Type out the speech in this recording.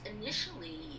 initially